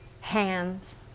hands